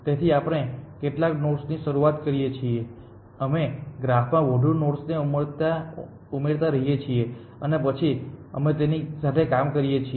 તેથી આપણે કેટલાક નોડથી શરૂઆત કરીએ છીએ અમે ગ્રાફમાં વધુ નોડ્સ ઉમેરતા રહીએ છીએ અને પછી અમે તેની સાથે કામ કરીએ છીએ